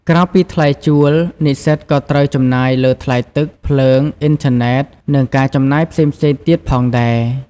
ក្រៅពីថ្លៃជួល និស្សិតក៏ត្រូវចំណាយលើថ្លៃទឹក ភ្លើង អុីនធឺណេត និងការចំណាយផ្សេងៗទៀតផងដែរ។